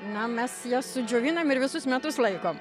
na mes jas sudžiovinam ir visus metus laikom